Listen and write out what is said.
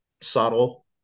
subtle